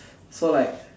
so like